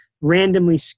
randomly